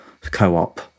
co-op